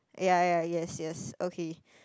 ya ya yes yes okay